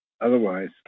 Otherwise